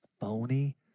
phony